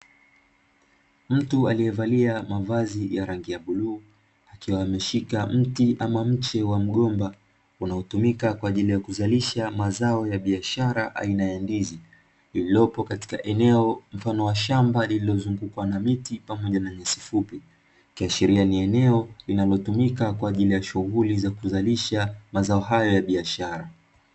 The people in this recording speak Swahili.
Mtu aliyevalia mavazi ya rangi ya bluu akiwa ameshika mti ama mche wa mgomba unaotumika kwa ajili ya kuzalisha mazao ya biashara aina ya ndizi, lililopo katika eneo mfano wa shamba lililozungukwa miti pamoja na nyasi fupi, ikiashiria ni eneo linalotumika kwa ajili ya shughuli za kuzalisha mazao hayo ya biashara.